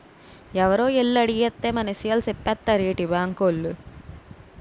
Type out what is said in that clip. ఎవరో ఎల్లి అడిగేత్తే మన ఇసయాలు సెప్పేత్తారేటి బాంకోలు?